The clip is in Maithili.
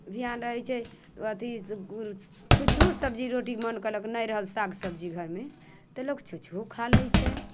बिहान रहै छै अथी छुछुओ सब्जी रोटी मन केलक नहि रहल साग सब्जी घरमे तऽ लोक छुछुओ खा लै छै